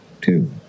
two